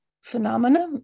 phenomena